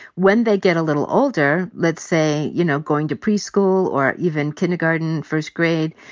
when they get a little older, let's say, you know, going to preschool or even kindergarten, first grade,